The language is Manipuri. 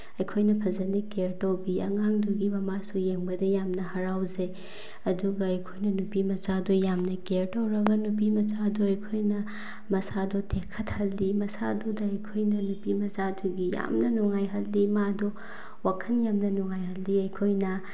ꯑꯩꯈꯣꯏꯅ ꯐꯖꯅ ꯀꯤꯌꯔ ꯇꯧꯕꯤ ꯑꯉꯥꯡꯗꯨꯒꯤ ꯃꯃꯥꯁꯨ ꯌꯦꯡꯕꯗ ꯌꯥꯝꯅ ꯍꯔꯥꯎꯖꯩ ꯑꯗꯨꯒ ꯑꯩꯈꯣꯏꯅ ꯅꯨꯄꯤꯃꯆꯥꯗꯨ ꯌꯥꯝꯅ ꯀꯤꯌꯔ ꯇꯧꯔꯒ ꯅꯨꯄꯤꯃꯆꯥꯗꯨ ꯑꯩꯈꯣꯏꯅ ꯃꯁꯥꯗꯣ ꯇꯦꯛꯈꯠꯍꯜꯂꯤ ꯃꯁꯥꯗꯨꯗ ꯑꯩꯈꯣꯏꯅ ꯅꯨꯄꯤꯃꯆꯥꯗꯨꯒꯤ ꯌꯥꯝꯅ ꯅꯨꯡꯉꯥꯏꯍꯜꯂꯤ ꯃꯥꯗꯣ ꯋꯥꯈꯟ ꯌꯥꯝꯅ ꯅꯨꯡꯉꯥꯏꯍꯜꯂꯤ ꯑꯩꯈꯣꯏꯅ